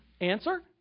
Answer